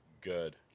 good